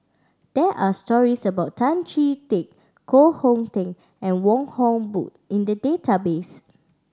there are stories about Tan Chee Teck Koh Hong Teng and Wong Hock Boon in the database